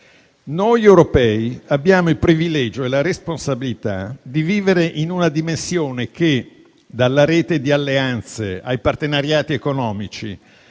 Noi europei abbiamo il privilegio e la responsabilità di vivere in una dimensione che, dalla rete di alleanze ai partenariati economici,